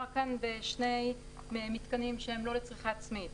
כאן בשני מיתקנים שהם לא לצריכה עצמית.